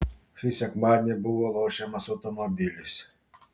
šį sekmadienį buvo lošiamas automobilis